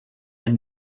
ein